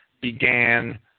began